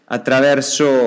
Attraverso